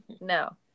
no